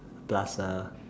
plus uh